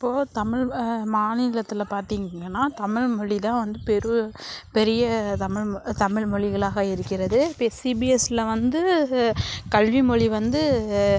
இப்போது தமிழ் மாநிலத்தில் பார்த்திங்கன்னா தமிழ் மொழிதான் வந்து பெரிய தமிழ் தமிழ் மொழிகளாக இருக்கிறது இப்போ சிபிஎஸ்சியில் வந்து கல்வி மொழி வந்து